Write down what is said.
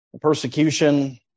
Persecution